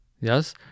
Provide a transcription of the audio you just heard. Yes